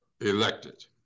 elected